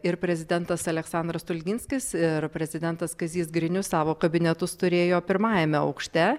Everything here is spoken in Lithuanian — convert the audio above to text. ir prezidentas aleksandras stulginskis ir prezidentas kazys grinius savo kabinetus turėjo pirmajame aukšte